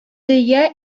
дөя